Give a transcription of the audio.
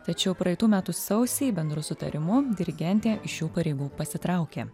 tačiau praeitų metų sausį bendru sutarimu dirigentė iš šių pareigų pasitraukė